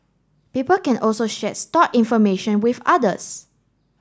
people can also share stored information with others